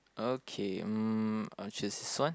okay mm I'll choose this one